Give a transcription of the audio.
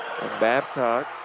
Babcock